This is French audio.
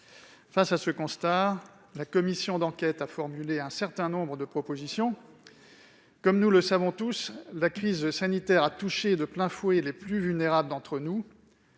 Face à ces constats, la commission d'enquête a formulé un certain nombre de propositions. Comme nous le savons tous, la crise sanitaire a touché de plein fouet les plus vulnérables d'entre nous.